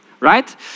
Right